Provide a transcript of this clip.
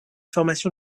formation